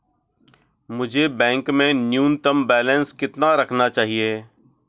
मुझे बैंक में न्यूनतम बैलेंस कितना रखना चाहिए?